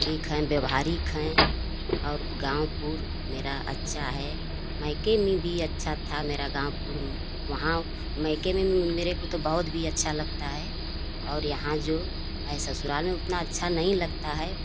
ठीक हैं व्यावहारिक हैं और गाँव पूर मेरा अच्छा है मायके में भी अच्छा था मेरा गाँव पूर वहाँ मायके में मेरे को तो बहुत भी अच्छा लगता है और यहाँ जो है ससुराल में उतना अच्छा नही लगता है